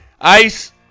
Ice